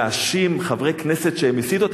להאשים חברי כנסת שהם הסיתו,